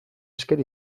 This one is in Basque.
esker